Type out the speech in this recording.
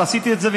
את עשית את זה,